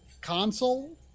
console